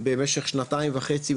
במשך שנתיים וחצי,